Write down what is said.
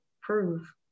prove